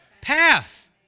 Path